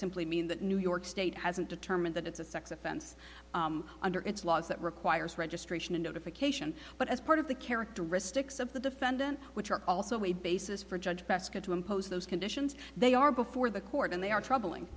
simply mean that new york state hasn't determined that it's a sex offense under its laws that requires registration and notification but as part of the characteristics of the defendant which are also a basis for judge becka to impose those conditions they are before the court and they are troubling